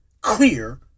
clear